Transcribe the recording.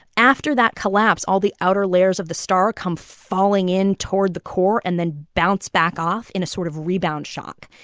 after that collapse, all the outer layers of the star come falling in toward the core and then bounce back off in a sort of rebound shock.